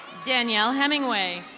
daniel hemingway.